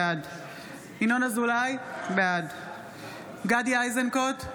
בעד ינון אזולאי, בעד גדי איזנקוט,